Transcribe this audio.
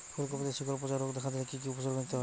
ফুলকপিতে শিকড় পচা রোগ দেখা দিলে কি কি উপসর্গ নিতে হয়?